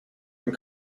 and